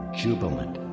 jubilant